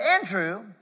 Andrew